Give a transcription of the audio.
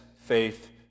faith